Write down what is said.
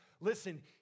Listen